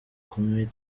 kumi